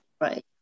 Right